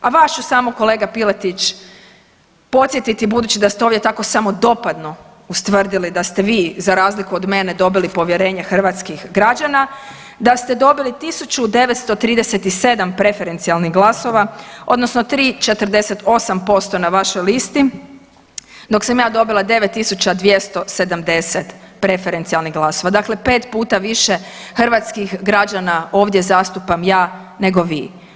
A vas ću samo kolega Piletić podsjetiti budući da ste ovdje tako samodopadno ustvrdili da ste vi za razliku od mene dobili povjerenje hrvatskih građana, da ste dobili 1937 preferencijalnih glasova odnosno 3,48% na vašoj listi dok sam ja dobila 9270 preferencijalnih glasova, dakle pet puta više hrvatskih građana ovdje zastupam ja nego vi.